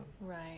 Right